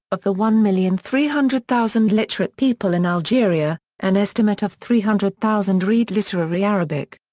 of the one million three hundred thousand literate people in algeria, an estimate of three hundred thousand read literary arabic.